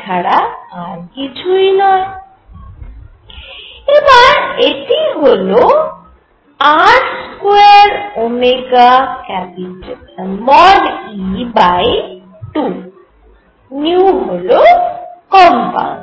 ছাড়া আর কিছুই নয় আবার এটি হল R2e2 হল কম্পাঙ্ক